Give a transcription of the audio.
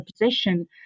position